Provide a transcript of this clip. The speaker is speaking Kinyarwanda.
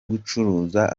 gucuruza